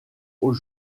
aux